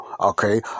Okay